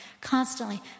constantly